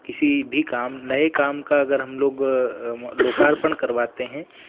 किसी भी काम नए काम का अगर हम लोग लोकार्पण करवाते हैं